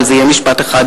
אבל זה יהיה משפט אחד,